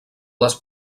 les